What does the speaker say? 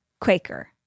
Quaker